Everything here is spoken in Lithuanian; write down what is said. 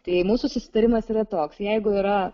tai mūsų susitarimas yra toks jeigu yra